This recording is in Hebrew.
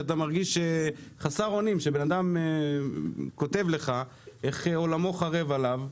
אתה מרגיש חסר אונים שבן אדם כותב לך איך עולמו חרב עליו,